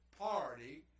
party